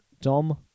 Dom